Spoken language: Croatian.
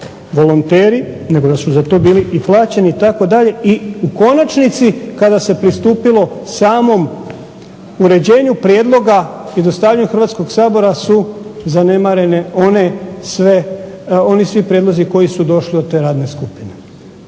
volonteri nego da su za to bili i plaćeni itd., i u konačnici kada se pristupilo samom uređenju prijedloga i dostavljanju Hrvatskog sabora su zanemarene one sve, oni svi prijedlozi koji su došli od te radne skupine